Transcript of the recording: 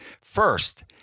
First